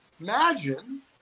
Imagine